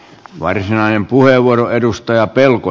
varsinainen puheenvuoro edusta ja pelko